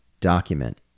document